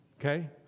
okay